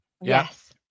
Yes